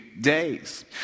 days